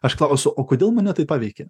aš klausiu o kodėl mane tai paveikė